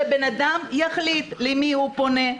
שאדם יחליט למי הוא פונה.